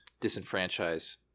disenfranchise